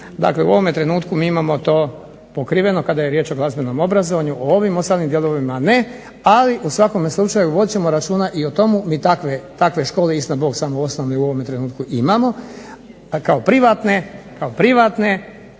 Sumrak u ovome trenutku mi imamo to pokriveno kada je riječ o glazbenom obrazovanju, o ovim ostalim dijelovima ne ali u svakome slučaju voditi ćemo računa o tomu, takve škole istina bog samo osnovne u ovom trenutku imamo, ali kao privatne,